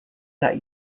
that